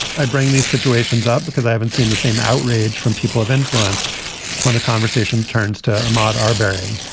i bring these situations up because i haven't seen the same outrage from people of influence when the conversation turns to marbury.